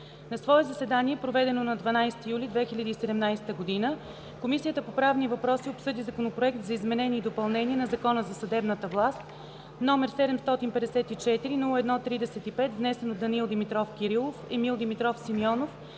На свое заседание, проведено на 12 юли 2017 г., Комисията по правни въпроси обсъди Законопроект за изменение и допълнение на Закона за съдебната власт, № 754-01-35, внесен от Данаил Димитров Кирилов, Емил Димитров Симеонов,